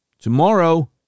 Tomorrow